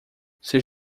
seus